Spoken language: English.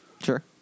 sure